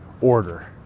order